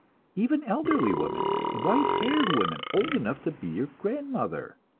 even elderly women, white-haired women, old enough to be your grandmother!